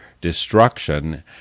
destruction